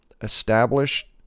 established